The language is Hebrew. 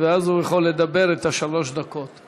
תודה לחברת הכנסת אורלי לוי אבקסיס.